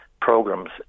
programs